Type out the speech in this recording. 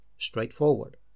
straightforward